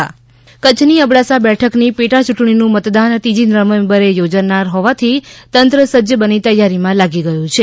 અબડાસા બેઠકની પેટા યૂંટણી કચ્છની અબડાસા બેઠકની પેટા યૂંટણી નું મત્તદાન ત્રીજી નવેમ્બરે યોજાનાર હોવાથી તંત્ર સજ્જ બની તૈયારીમાં લાગી ગયું છે